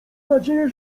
nadzieję